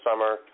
summer